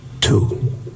Two